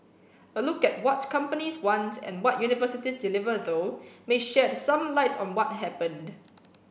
a look at what companies want and what universities deliver though may shed some light on what happened